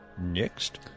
Next